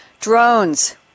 drones